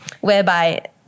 whereby